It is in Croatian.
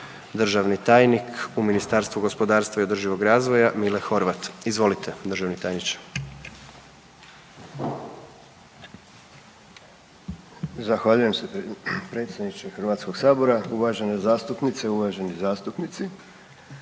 državni tajnik u Ministarstvo gospodarstva i održivoga razvoja Mile Horvat, izvolite, državni tajniče. **Horvat, Mile (SDSS)** Zahvaljujem se predsjedniče HS-a, uvažene zastupnice, uvaženi zastupnici.